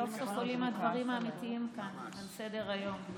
סוף-סוף עולים הדברים האמיתיים כאן על סדר-היום.